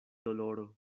doloro